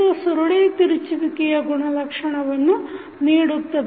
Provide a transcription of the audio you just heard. ಇದು ಸುರುಳಿ ತಿರುಚುವಿಕೆಯ ಗುಣಲಕ್ಷಣವನ್ನು ನೀಡುತ್ತದೆ